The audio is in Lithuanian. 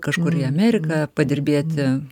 kažkur į ameriką padirbėti